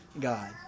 God